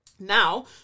Now